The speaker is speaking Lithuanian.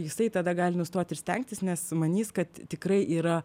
jisai tada gali nustot ir stengtis nes manys kad tikrai yra